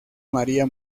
maría